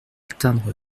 atteindre